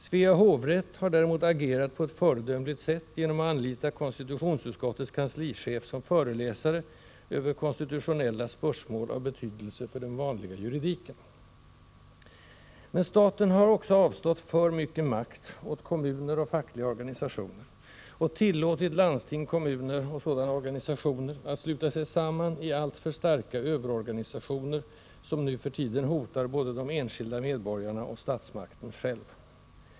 Svea hovrätt har för sin del agerat på ett föredömligt sätt genom att anlita konstitutionsutskottets kanslichef som föreläsare över konstitutionella spörsmål av betydelse för den vanliga juridiken. Men staten har också avstått för mycken makt åt kommuner och fackliga organisationer och tillåtit landsting, kommuner och sådana organisationer att sluta sig samman i alltför starka överorganisationer, som nu för tiden hotar både de enskilda medborgarna och statsmakten själv.